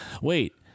Wait